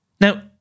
Now